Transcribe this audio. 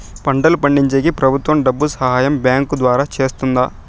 పంటలు పండించేకి ప్రభుత్వం డబ్బు సహాయం బ్యాంకు ద్వారా చేస్తుందా?